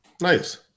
nice